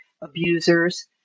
abusers